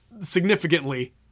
significantly